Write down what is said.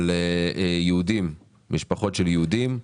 על משפחות של יהודים.